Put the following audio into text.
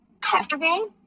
comfortable